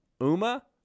Uma